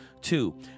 Two